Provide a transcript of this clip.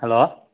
hello